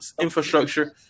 infrastructure